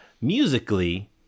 musically